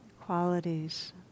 qualities